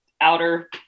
outer